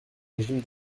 régime